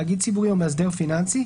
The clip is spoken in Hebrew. תאגיד ציבורי או מאסדר פיננסי: